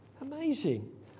amazing